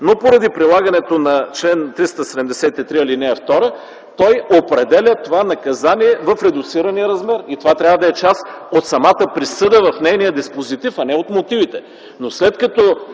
но поради прилагането на чл. 373, ал. 2 той определя това наказание в редуцирания размер. И това трябва да е част от самата присъда в нейния диспозитив, а не в мотивите.